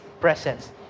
presence